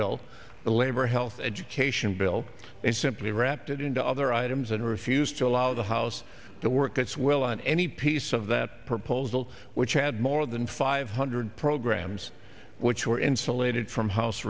the labor health education bill and simply wrapped it into other items and refused to allow the house to work its will on any piece of that proposal which had more than five hundred programs which were insulated from house